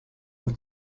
auf